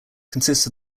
consists